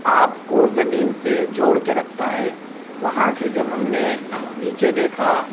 آپ کو زمین سے جوڑ کے رکھتا ہے وہاں سے جب ہم نے نیچے دیکھا